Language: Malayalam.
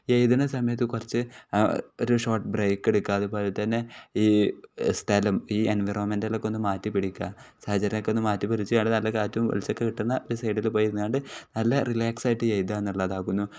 എഴുതുന്ന സമയത്ത് കുറച്ച് ഒരു ഷോട്ട് ബ്രേക്ക് എടുക്കുക അതുപോലെ തന്നെ ഈ സ്ഥലം ഈ എൻവറോൺമെൻറ്റിലൊക്കെ ഒന്ന് മാറ്റി പിടിക്കുക സാഹചര്യമൊക്കെ ഒന്ന് മാറ്റി പിടിച്ചിട്ടുണ്ട് നല്ല കാറ്റും വെളിച്ചമൊക്കെ കിട്ടുന്ന ഒരു സൈഡിൽ പോയിരുന്നു കൊണ്ട് നല്ല റിലാക്സ ആയിട്ട് എഴുതാൻ നല്ലതാകുന്നു